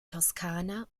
toskana